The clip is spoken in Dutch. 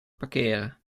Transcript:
parkeren